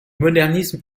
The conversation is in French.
modernisme